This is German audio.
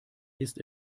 ist